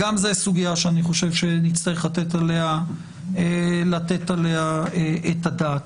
זאת גם סוגיה שאני חושב שנצטרך לתת עליה את הדעת.